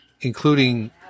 including